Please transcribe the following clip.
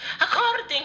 According